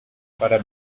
para